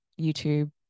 YouTube